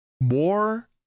More